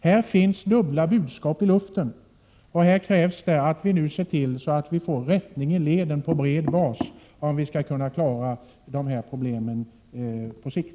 Här finns dubbla budskap i luften, och därför krävs det att vi ser till att vi får rättning ileden på bred bas, om vi skall kunna klara de här problemen på sikt.